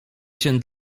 się